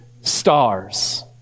stars